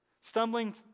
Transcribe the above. Stumbling